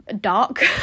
dark